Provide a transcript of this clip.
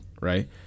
right